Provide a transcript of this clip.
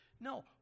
No